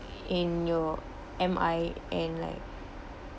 in in your M_I_N like